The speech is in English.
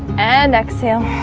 and exhale